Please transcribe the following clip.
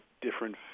different